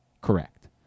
Correct